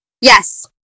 Yes